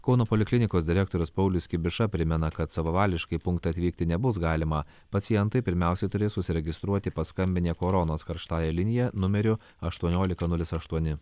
kauno poliklinikos direktorius paulius kibiša primena kad savavališkai į punktą atvykti nebus galima pacientai pirmiausiai turės užsiregistruoti paskambinę koronos karštąja linija numeriu aštuoniolika nulis aštuoni